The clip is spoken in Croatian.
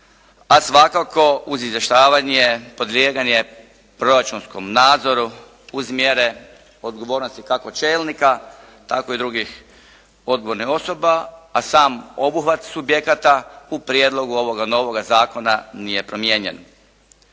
a svakako uz izvještavanje podlijeganje proračunskom nadzoru uz mjere odgovornosti kako čelnika tako i drugih odgovornih osoba, a sam obuhvat subjekata u prijedlogu ovoga novoga zakona nije promijenjen.